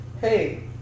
hey